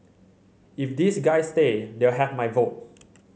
if these guys stay they'll have my vote